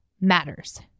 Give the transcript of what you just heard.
matters